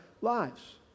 lives